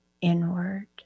inward